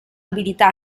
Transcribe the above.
abilità